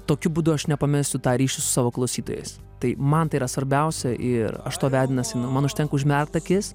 tokiu būdu aš nepamesiu tą ryšį su savo klausytojais tai man tai yra svarbiausia ir aš to vedinas man užtenka užmerkt akis